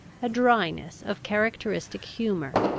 a dryness of characteristic humour,